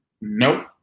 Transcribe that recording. Nope